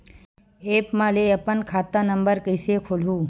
App म ले अपन खाता नम्बर कइसे खोलहु?